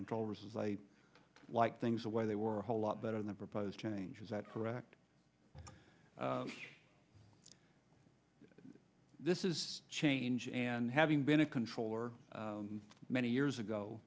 controllers was like things the way they were a whole lot better than the proposed changes that correct this is change and having been a controller many years